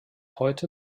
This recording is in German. heute